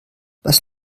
was